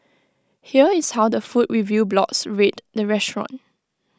here is how the food review blogs rate the restaurant